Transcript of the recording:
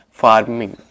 farming